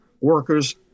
workers